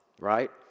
right